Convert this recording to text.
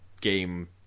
game